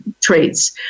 traits